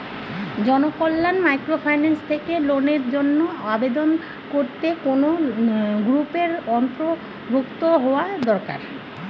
Janakalyan microfinance থেকে লোনের জন্য আবেদন করতে কোন গ্রুপের অন্তর্ভুক্ত হওয়া দরকার?